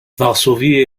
varsovie